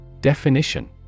Definition